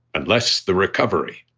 unless the recovery